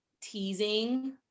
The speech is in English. teasing